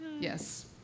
Yes